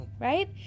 Right